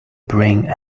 bring